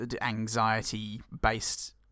Anxiety-based